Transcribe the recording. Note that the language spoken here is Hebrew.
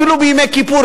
אפילו בימי כיפור,